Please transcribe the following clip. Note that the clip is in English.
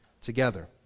together